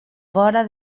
vora